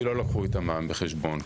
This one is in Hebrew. כי לא לקחו את המע"מ בחשבון,